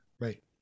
Right